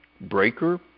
Breaker